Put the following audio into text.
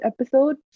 episode